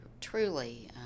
truly